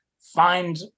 find